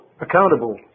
accountable